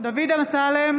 דוד אמסלם,